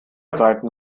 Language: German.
seiten